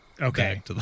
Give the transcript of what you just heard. Okay